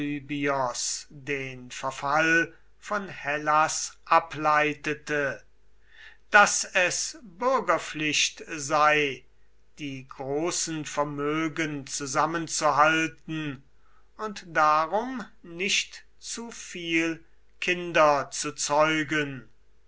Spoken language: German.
den verfall von hellas ableitete daß es bürgerpflicht sei die großen vermögen zusammenzuhalten und darum nicht zu viel kinder zu zeugen